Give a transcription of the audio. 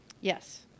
Yes